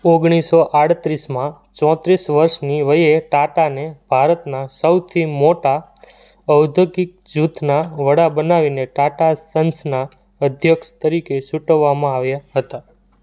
ઑગણીસો આડત્રીસમાં ચોત્રીસ વર્ષની વયે ટાટાને ભારતના સૌથી મોટા ઔદ્યોગિક જૂથના વડા બનાવીને ટાટા સન્સના અધ્યક્ષ તરીકે ચૂંટવામાં આવ્યા હતા